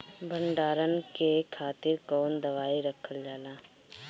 भंडारन के खातीर कौन दवाई रखल जाला?